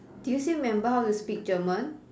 do you still remember how to speak German